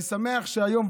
אני שמח שהיום,